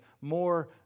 more